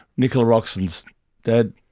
nicola roxton's dad,